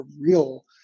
real